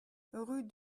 rue